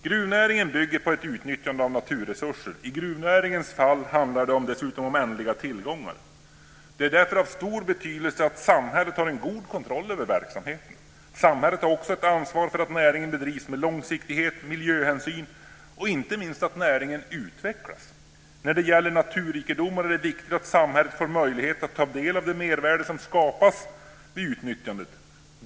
Gruvnäringen bygger på ett utnyttjande av naturresurser. I gruvnäringens fall handlar det dessutom om ändliga tillgångar. Det är därför av stor betydelse att samhället har en god kontroll över verksamheten. Samhället har också ett ansvar för att näringen bedrivs med långsiktighet, miljöhänsyn och inte minst för att näringen utvecklas. När det gäller naturrikedomar är det viktigt att samhället får möjligheter att ta del av det mervärde som skapas vid utnyttjandet.